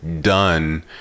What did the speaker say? done